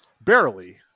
barely